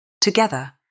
Together